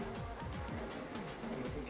call মাটিতে কত ভাল ফসলের প্রজলল ক্ষমতা আছে